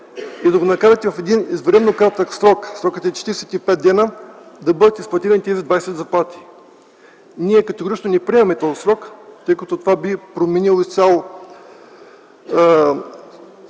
и да го накарате в един извънредно кратък срок – 45 дни, да бъдат изплатени тези 20 заплати. Ние категорично не приемаме този срок, тъй като това би променило изцяло